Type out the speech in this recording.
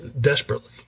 desperately